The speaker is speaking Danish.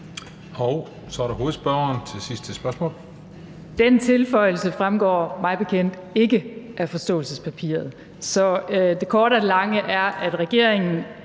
Så er det hovedspørgeren til sidste spørgsmål. Kl. 16:16 Ulla Tørnæs (V): Den tilføjelse fremgår mig bekendt ikke af forståelsespapiret. Så det korte af det lange er, at regeringen